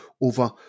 over